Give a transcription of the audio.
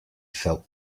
felt